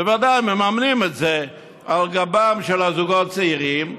בוודאי, מממנים את זה על גבם של הזוגות הצעירים,